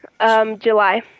July